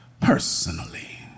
personally